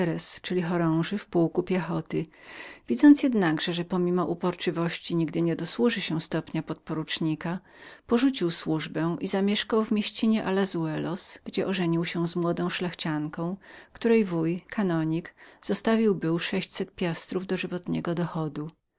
czyli podofficer w pułku piechoty widząc jednakże że pomimo uporczywości nigdy nie do służy się stopnia podporucznika porzucił służbę i zamieszkał w mieścinie allezuellos gdzie ożenił się z młodą szlachcianką której wuj kanonik zostawił był sześćset piastrów dożywotniego dochodu